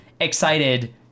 excited